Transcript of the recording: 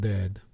Dead